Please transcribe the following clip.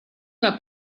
una